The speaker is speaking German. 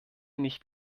nicht